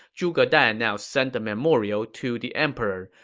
zhuge dan now sent a memorial to the emperor,